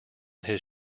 his